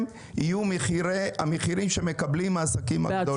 יהיו המחירים שמקבלים העסקים הגדולים,